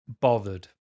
bothered